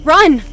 Run